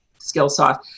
Skillsoft